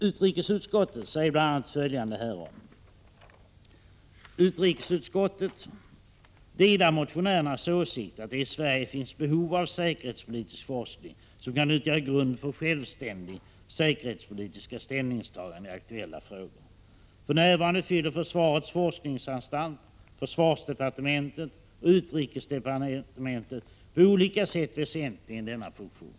Utrikesutskottet säger bl.a. följande härom: ”Utskottet delar motionärernas åsikt att det i Sverige finns behov av säkerhetspolitisk forskning som kan utgöra grund för självständiga säkerhetspolitiska ställningstaganden i aktuella frågor. För närvarande fyller försvarets forskningsanstalt, försvarsdepartementet och utrikesdepartemen = Prot. 1986/87:131 tet på olika sätt väsentligen denna funktion.